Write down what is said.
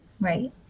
right